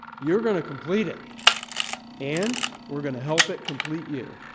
you're going to complete it and we're going to help it complete you.